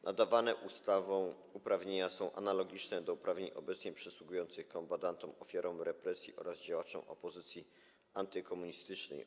Nadawane ustawą uprawnienia są analogiczne do uprawnień obecnie przysługujących kombatantom, ofiarom represji oraz działaczom opozycji antykomunistycznej.